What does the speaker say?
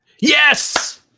Yes